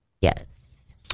Yes